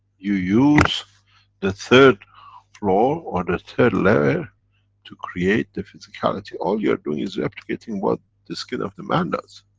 you use the third floor, or the third layer to create the physicality. all you're doing is replicating what the skin of the man does,